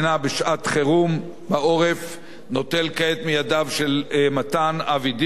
בשעת חירום בעורף נוטל כעת מידיו של מתן אבי דיכטר.